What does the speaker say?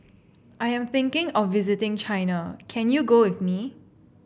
I am thinking of visiting China can you go with me